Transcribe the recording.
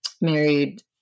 married